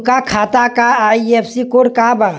उनका खाता का आई.एफ.एस.सी कोड का बा?